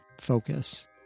focus